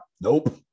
Nope